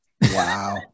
Wow